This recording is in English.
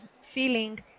feeling